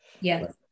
yes